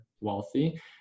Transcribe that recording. wealthy